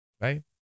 right